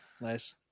Nice